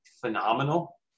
phenomenal